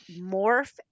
morph